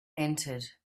entered